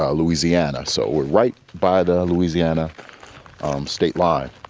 ah louisiana. so we're right by the louisiana state line.